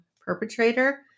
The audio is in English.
perpetrator